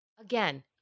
again